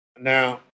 Now